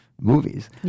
movies